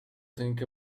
think